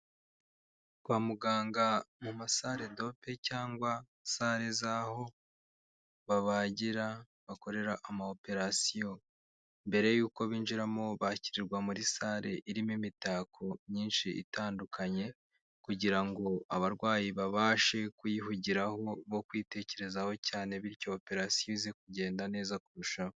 Kwa muganga mu masale dope cyangwa sale z'aho babagira, bakorera ama operasiyo, mbere y'uko binjiramo bakirirwa muri sale irimo imitako myinshi itandukanye, kugira ngo abarwayi babashe kuyihugiraho bo kwitekerezaho cyane, bityo operasiyo ize kugenda neza kurushaho.